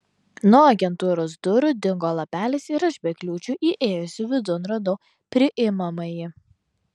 nuo agentūros durų dingo lapelis ir aš be kliūčių įėjusi vidun radau priimamąjį